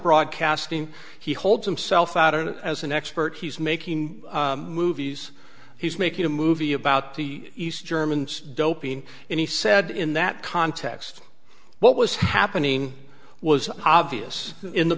broadcasting he holds himself out as an expert he's making movies he's making a movie about the east germans doping and he said in that context what was happening was obvious in the